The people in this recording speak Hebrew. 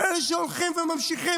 אלה שהולכים וממשיכים.